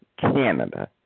Canada